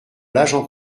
l’agent